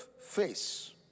face